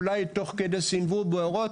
אולי תוך כדי סנוור באורות?